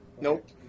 Nope